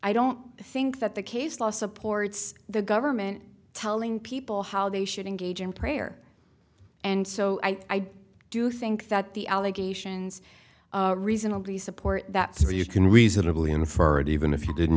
i don't think that the case law supports the government telling people how they should engage in prayer and so i do think that the allegations reasonably support that so you can reasonably infer it even if you didn't